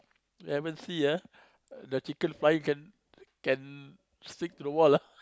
you haven't see ah the chicken fly can can stick to the wall ah